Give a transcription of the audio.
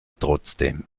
trotzdem